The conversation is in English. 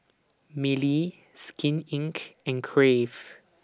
Mili Skin Inc and Crave